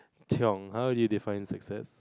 how would you define success